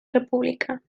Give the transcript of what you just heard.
república